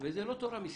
וזו לא תורה מסיני.